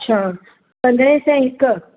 अछा पंदरहें सवें हिकु